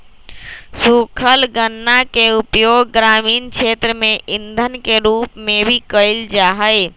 सूखल गन्ना के उपयोग ग्रामीण क्षेत्र में इंधन के रूप में भी कइल जाहई